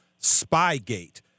Spygate